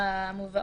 (הוראת